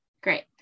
great